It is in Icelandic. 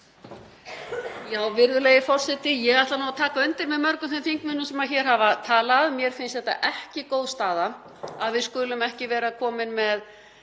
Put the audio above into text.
Virðulegi forseti. Ég ætla að taka undir með mörgum þeim þingmönnum sem hér hafa talað, mér finnst það ekki góð staða að við skulum ekki vera komin með